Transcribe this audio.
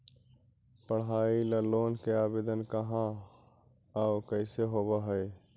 पढाई ल लोन के आवेदन कहा औ कैसे होब है?